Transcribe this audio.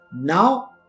now